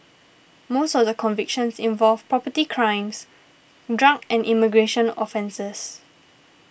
most of the convictions involved property crimes drug and immigration offences